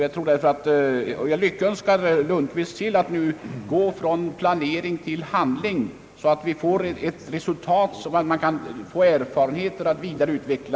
Jag lyckönskar statsrådet Lundkvist till att nu gå från planering till handling, så att vi får ett resultat och erfarenheter att vidareutveckla.